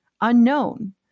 unknown